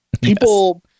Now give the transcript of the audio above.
people